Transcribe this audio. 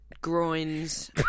Groins